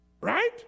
right